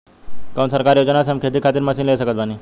कौन सरकारी योजना से हम खेती खातिर मशीन ले सकत बानी?